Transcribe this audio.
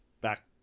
back